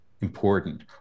important